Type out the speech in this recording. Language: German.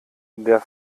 der